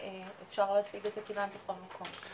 ואפשר להשיג את זה כמעט בכל מקום.